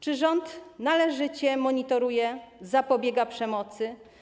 Czy rząd należycie to monitoruje, zapobiega przemocy?